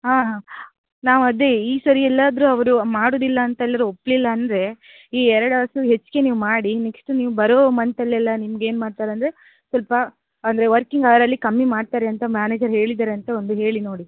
ಹಾಂ ಹಾಂ ನಾವದೇ ಈ ಸರಿ ಎಲ್ಲಾದರೂ ಅವರು ಮಾಡೋದಿಲ್ಲ ಅಂತೆಲ್ಲರೂ ಒಪ್ಪಲಿಲ್ಲ ಅಂದರೆ ಈ ಎರಡು ಅವರ್ಸು ಹೆಚ್ಚಿಗೆ ನೀವು ಮಾಡಿ ನೆಕ್ಸ್ಟು ನೀವು ಬರೋ ಮಂತಲ್ಲೆಲ್ಲ ನಿಮ್ಗೇನು ಮಾಡ್ತಾರೆ ಅಂದರೆ ಸ್ವಲ್ಪ ಅಂದರೆ ವರ್ಕಿಂಗ್ ಅವರಲ್ಲಿ ಕಮ್ಮಿ ಮಾಡ್ತಾರೆ ಅಂತ ಮ್ಯಾನೇಜರ್ ಹೇಳಿದಾರೆ ಅಂತ ಒಂದು ಹೇಳಿ ನೋಡಿ